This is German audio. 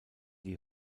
die